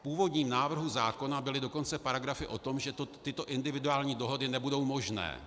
V původním návrhu zákona byly dokonce paragrafy o tom, že tyto individuální dohody nebudou možné.